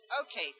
Okay